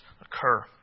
occur